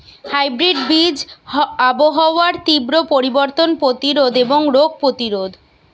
hybrid বীজ আবহাওয়ার তীব্র পরিবর্তন প্রতিরোধী এবং রোগ প্রতিরোধী